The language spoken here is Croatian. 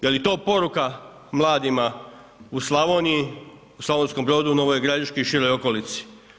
Je li to poruka mladima u Slavoniji, u Slavonskom Brodu, Novoj Gradiški i široj okolici?